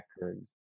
records